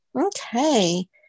Okay